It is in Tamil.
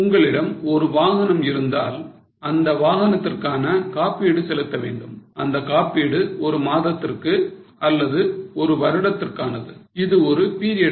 உங்களிடம் ஒரு வாகனம் இருந்தால் அந்த வாகனத்திற்கான காப்பீடு செலுத்த வேண்டும் அந்த காப்பீடு ஒரு மாதத்திற்கு அல்லது ஒரு வருடத்திற்கு ஆனது இது ஒரு period cost